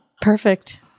Perfect